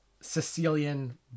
Sicilian